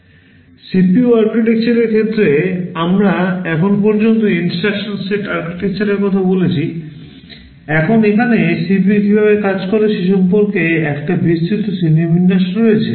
CPU আর্কিটেকচারের ক্ষেত্রে আমরা এখন পর্যন্ত instruction সেট আর্কিটেকচারের কথা বলছি এখন এখানে CPU কীভাবে কাজ করে সে সম্পর্কে এখানে একটি বিস্তৃত শ্রেণিবিন্যাস রয়েছে